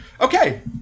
Okay